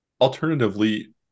Alternatively